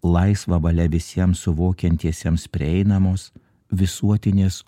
laisva valia visiems suvokiantiesiems prieinamos visuotinės